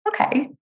Okay